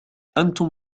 أنتم